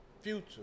future